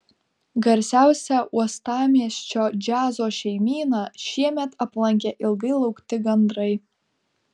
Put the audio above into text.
garsiausią uostamiesčio džiazo šeimyną šiemet aplankė ilgai laukti gandrai